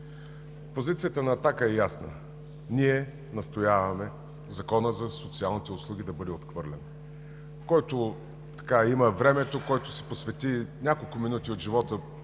Позицията на „Атака“ е ясна: ние настояваме Законът за социалните услуги да бъде отхвърлен. Който има времето, който посвети няколко минути от живота